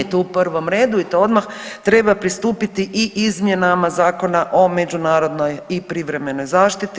Tu u prvom redu i to odmah treba pristupiti i izmjenama Zakona o međunarodnoj i privremenoj zaštiti.